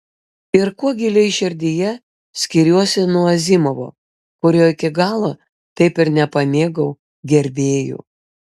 ir kuo giliai širdyje skiriuosi nuo azimovo kurio iki galo taip ir nepamėgau gerbėjų